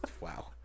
Wow